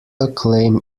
acclaim